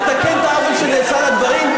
לתקן את העוול שנעשה לגברים,